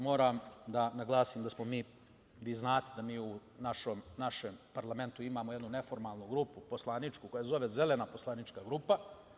Moram da naglasim, vi znate da mi u našem parlamentu imamo jednu neformalnu grupu poslaničku koja se zove Zelena poslanička grupa.